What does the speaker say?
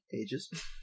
ages